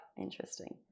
Interesting